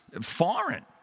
foreign